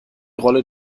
rolle